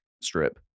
strip